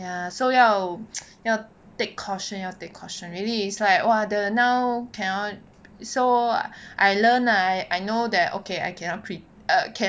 ya so 要要 take caution 要 take caution really is like !wah! the now cannot so I learn I I know that okay I cannot crit~ err cannot